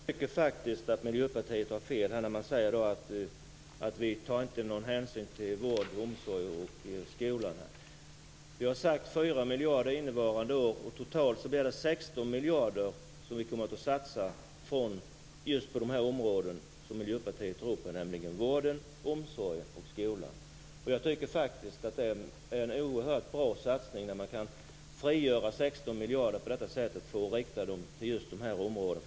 Herr talman! Jag tycker faktiskt att man från Miljöpartiet har fel när man säger att vi inte tar någon hänsyn till vård, omsorg och skola. Vi har lovat 4 miljarder innevarande år, och vi kommer totalt att satsa 16 miljarder just på de områden som Miljöpartiet går in för, nämligen vården, omsorgen och skolan. Jag tycker att det är en oerhört bra satsning när man kan frigöra 16 miljarder på detta sätt för att rikta dem till just de här områdena.